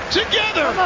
together